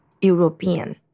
European